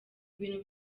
ibintu